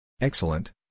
Excellent